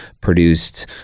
produced-